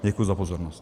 Děkuji za pozornost.